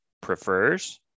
prefers